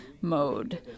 mode